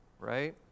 right